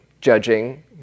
judging